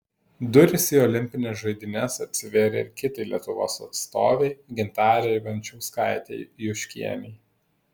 durys į olimpines žaidynes atsivėrė ir kitai lietuvos atstovei gintarei venčkauskaitei juškienei